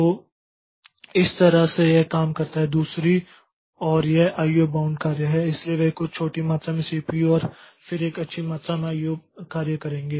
तो इस तरह से यह काम करता है दूसरी और यह आईओ बाउंड कार्य हैं इसलिए वे कुछ छोटी मात्रा में सीपीयू और फिर एक अच्छी मात्रा में आईओ कार्य करेंगे